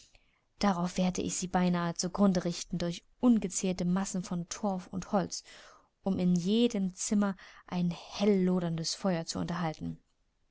darauf werde ich sie beinahe zu grunde richten durch ungezählte massen von torf und holz um in jedem zimmer ein hellloderndes feuer zu unterhalten